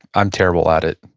i'm terrible at it,